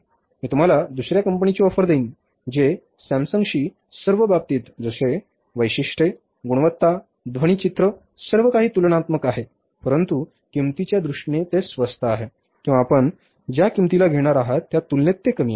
मी तुम्हाला दुसर्या कंपनीची ऑफर देईन जे सॅमसंगशी सर्व बाबतीत जसे वैशिष्ट्ये गुणवत्ता ध्वनी चित्र सर्व काही तुलनात्मक आहे परंतु किंमतीच्या दृष्टीने ते स्वस्त आहे किंवा आपण ज्या किंमतीला घेणार आहात त्या तुलनेत ते कमी आहे